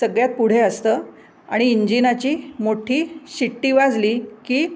सगळ्यात पुढे असतं आणि इंजिनाची मोठी शिट्टी वाजली की